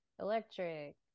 electric